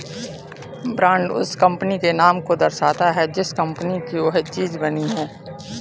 brand उस company के नाम को दर्शाता है जिस कंपनी की वह चीज बनी है